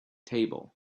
table